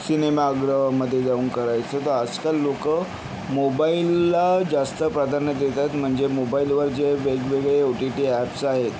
सिनेमागृहामध्ये जाऊन करायचं तर आजकाल लोक मोबाईलला जास्त प्राधान्य देत आहेत म्हणजे मोबाईलवर जे वेगवेगळे ओटीटी ॲप्स आहेत